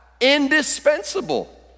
Indispensable